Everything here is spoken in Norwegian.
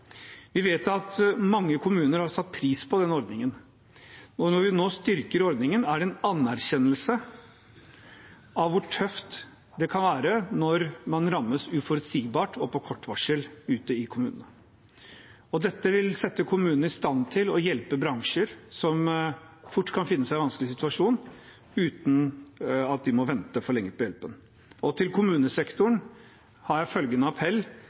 Vi vet at mange kommuner har satt pris på den ordningen, og når vi nå styrker ordningen, er det en anerkjennelse av hvor tøft det kan være når man rammes uforutsigbart og på kort varsel ute i kommunene. Dette vil sette kommunene i stand til å hjelpe bransjer som fort kan befinne seg i en vanskelig situasjon, uten at de må vente for lenge på hjelpen. Og til kommunesektoren har jeg følgende appell: